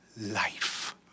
life